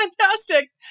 fantastic